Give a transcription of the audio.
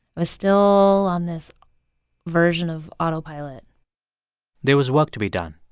was still on this version of autopilot there was work to be done.